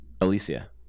Alicia